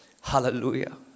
Hallelujah